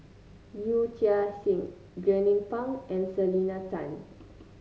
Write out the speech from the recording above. Yee Chia Hsing Jernnine Pang and Selena Tan